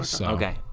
Okay